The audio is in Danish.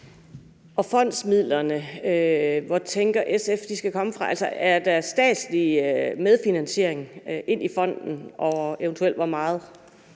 SF fondsmidlerne skal komme fra? Altså, er der en statslig medfinansiering ind i fonden, og eventuelt hvor meget?